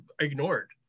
ignored